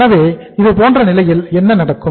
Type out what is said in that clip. எனவே இதுபோன்ற நிலையில் என்ன நடக்கும்